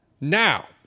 Now